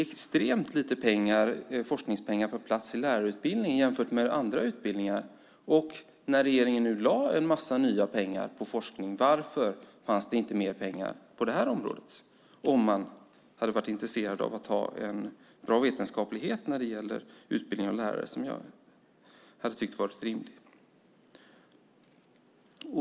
Extremt lite forskningspengar finns på plats beträffande lärarutbildningen jämfört med hur det är med andra utbildningar. Regeringen har ju lagt en massa nya pengar på forskning. Men varför fanns det inte mer pengar på det här området om man nu är intresserad av att ha en god vetenskaplighet när det gäller utbildning av lärare? Det tycker jag hade varit rimligt.